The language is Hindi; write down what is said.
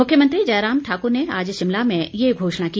मुख्यमंत्री जयराम ठाकुर ने आज शिमला में ये घोषणा की